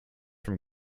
from